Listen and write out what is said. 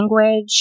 language